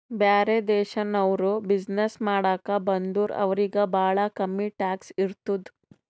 ಬ್ಯಾರೆ ದೇಶನವ್ರು ಬಿಸಿನ್ನೆಸ್ ಮಾಡಾಕ ಬಂದುರ್ ಅವ್ರಿಗ ಭಾಳ ಕಮ್ಮಿ ಟ್ಯಾಕ್ಸ್ ಇರ್ತುದ್